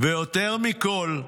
ויותר מכל,